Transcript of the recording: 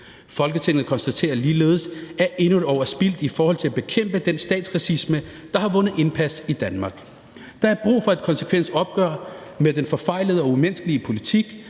Folketinget konstaterer ligeledes, at endnu et år er spildt i forhold til at bekæmpe den statsracisme, der har vundet indpas i Danmark. Der er brug for et konsekvent opgør med den forfejlede og umenneskelige politik,